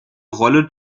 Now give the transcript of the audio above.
rolle